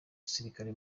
gisirikare